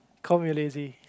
call me lazy